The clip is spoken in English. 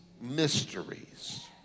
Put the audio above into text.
mysteries